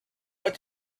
what